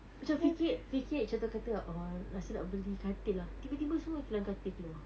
macam fikir fikir contoh kata oh rasa nak beli katil ah tiba-tiba semua iklan katil keluar